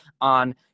on